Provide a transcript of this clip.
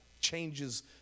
changes